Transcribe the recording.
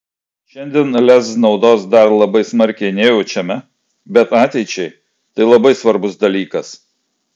šiandien lez naudos dar labai smarkiai nejaučiame bet ateičiai tai labai svarbus dalykas